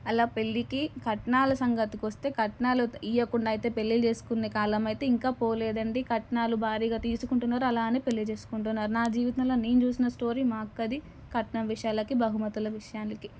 అలా పెళ్ళికి కట్నాల సంగతికి వస్తే కట్నాలు ఇవ్వకుండా అయితే పెళ్ళిళ్ళు చేసుకొనే కాలం అయితే ఇంకా పోలేదు అండి కట్నాలు భారీగా తీసుకుంటున్నారు అలానే పెళ్ళి చేసుకుంటున్నారు నా జీవితంలో నేను చుసిన స్టోరీ మా అక్కది కట్నం విషయాలకి బహుమతుల విషయాలకి